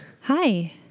Hi